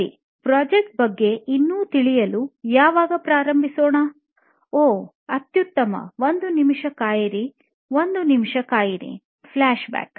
ಸರಿ ಪ್ರಾಜೆಕ್ಟ್ ಬಗ್ಗೆ ಇನ್ನೂ ತಿಳಿಯಲು ಯಾವಾಗ ಪ್ರಾರಂಭಿಸೋಣ ಓಹ್ ಅತ್ಯುತ್ತಮ ಒಂದು ನಿಮಿಷ ಕಾಯಿರಿ ಒಂದು ನಿಮಿಷ ಕಾಯಿರಿ ಫ್ಲ್ಯಾಷ್ಬ್ಯಾಕ್